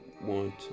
want